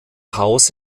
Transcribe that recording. haus